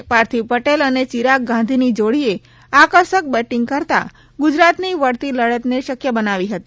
જે કે પાર્થિવ પટેલ અને ચિરાગ ગાંધીની જોડીએ આકર્ષક બેટીંગ કરતાં ગુજરાતની વળતી લડતને શકય બનાવી હતી